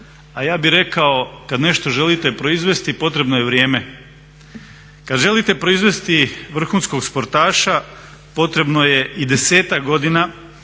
a ja bih rekao kad nešto želite proizvesti potrebno je vrijeme. Kad želite proizvesti vrhunskog sportaša potrebno je i 10-ak godina